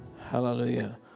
Hallelujah